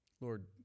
Lord